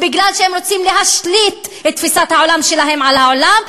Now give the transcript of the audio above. בגלל שהם רוצים להשליט את תפיסת העולם שלהם על העולם,